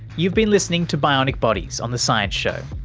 you've been listening to bionic bodies on the science show.